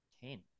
Ten